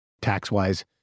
tax-wise